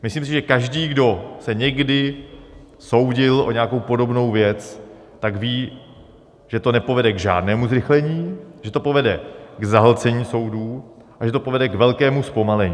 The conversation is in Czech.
Myslím si, že každý, kdo se někdy soudil o nějakou podobnou věc, tak ví, že to nepovede k žádnému zrychlení, že to povede k zahlcení soudů a že to povede k velkému zpomalení.